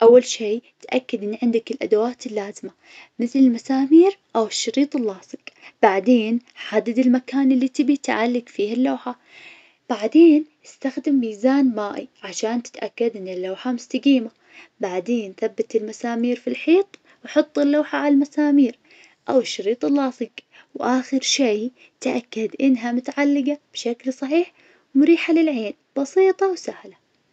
أول شيء، تأكد أن عندك الأدوات اللازمة, مثل المسامير أو الشريط اللاصق. بعدين، حدد المكان اللي تبي تعلق فيه اللوحة. بعدين استخدم ميزان مائي عشان تتأكد أن اللوحة مستقيمة. بعدين، ثبت المسامير في الحيط وحط اللوحة على المسامير أو الشريط اللاصق. وآخر شي، تأكد إنها متعلقة بشكل صحيح ومريحة للعين. بسيطة وسهلة.